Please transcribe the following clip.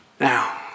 Now